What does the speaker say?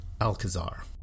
Alcazar